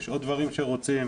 יש עוד דברים שרוצים,